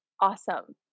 awesome